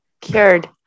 cured